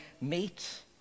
meet